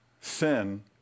sin